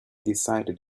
decided